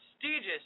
prestigious